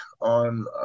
on